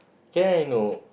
can I know